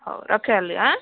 ହଉ ରଖି